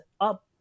up